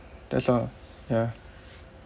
that's all ya